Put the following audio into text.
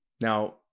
Now